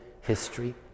history